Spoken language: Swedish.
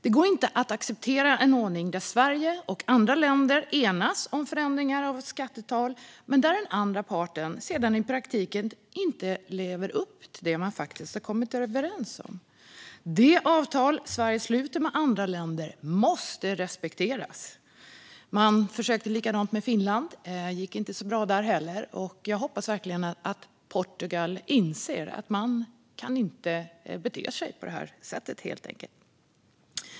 Det går inte att acceptera en ordning där Sverige och andra länder enas om förändringar av skatteavtal men där den andra parten sedan i praktiken inte lever upp till det man faktiskt har kommit överens om. De avtal Sverige sluter med andra länder måste respekteras. Man försökte göra likadant med Finland. Det gick inte så bra där heller. Jag hoppas verkligen att Portugal inser att man helt enkelt inte kan bete sig på det här sättet.